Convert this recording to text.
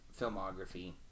filmography